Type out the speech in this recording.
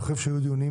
אני חושב שהיו דיונים